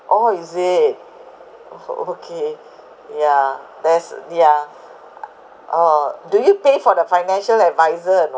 orh is it o~ okay yeah there's yeah or do you pay for the financial adviser or not